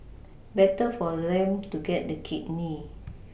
better for them to get the kidney